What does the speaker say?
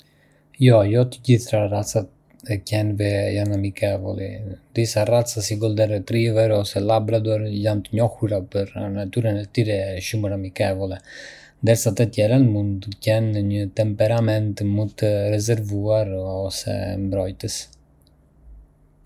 Jo, jo të gjitha racat e qenve janë amichevoli. Disa raca, si Golden Retriever ose Labrador, janë të njohura për natyrën e tyre shumër amichevole, ndërsa të tjera mund të kenë një temperament më të rezervuar ose mbrojtës.